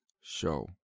show